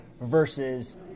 versus